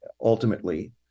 ultimately